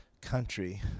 country